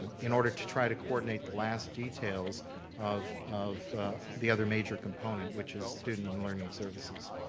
in order to try to coordinate the last details of of the other major component which is student and learning services.